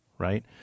right